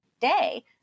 Day